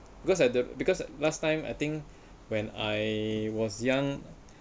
because at the because last time I think when I was young